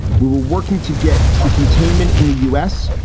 we were working to get to containment in the u s.